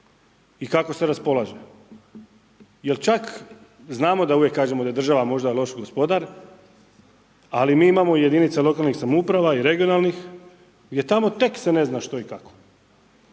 i kako se raspolaže. Jer čak znamo da uvijek kažemo da je država možda loš gospodar, ali mi imamo jedinice lokalnih samouprava i regionalnih, gdje tamo tek se ne zna što i kako.